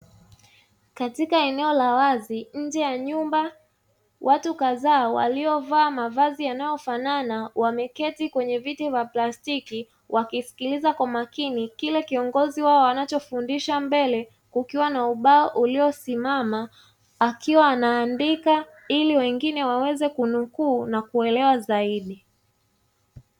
Katika eneo la wazi nje ya nyumba, watu kadhaa waliovaa mavazi yanayofanana wameketi kwenye viti vya plastiki, wakisikiliza kwa makini kile kiongozi wao anachofundisha, mbele kukiwa na ubao uliosimama akiwa anaandika, ili wengine waweze kunukuu na kuelewa zaidi.